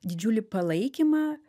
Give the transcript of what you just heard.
didžiulį palaikymą